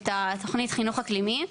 את תוכנית החינוך האקלימי,